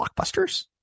blockbusters